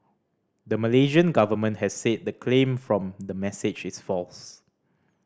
the Malaysian government has said the claim from the message is false